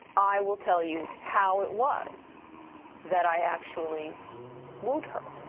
i will tell you how it was that i actually wooed her